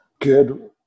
good